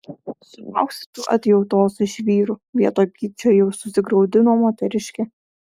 sulauksi tu atjautos iš vyrų vietoj pykčio jau susigraudino moteriškė